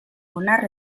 onar